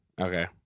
Okay